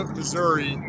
Missouri